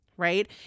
Right